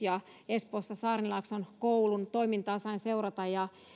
espoossa saarnilaakson koulun toimintaa sain seurata ja